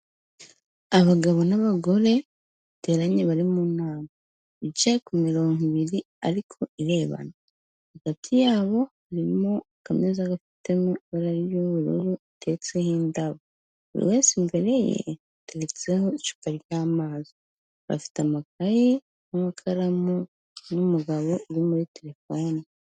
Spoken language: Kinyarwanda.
Abagabo n'abagore bateranye bari mu nama, bicaye ku mirongo ibiri ariko irebana, hagati yabo harimo akameza gafitemo ibara ry'ubururu gateretseho indabo, buri wese imbere ye hateretseho icupa ry'amazi, bafite amakaye n'amakaramu n'umugabo uri muri telefone.